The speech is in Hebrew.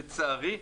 לצערי,